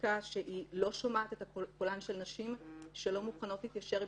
חקיקה שלא שומעת את קולן של נשים שלא מוכנות להתיישר עם